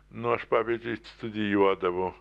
nu aš pavyzdžiui studijuodavau